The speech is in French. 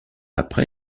après